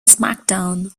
smackdown